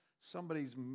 somebody's